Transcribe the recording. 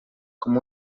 com